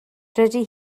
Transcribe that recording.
dydy